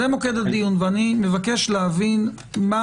ואני מבקש להבין מה